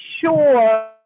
sure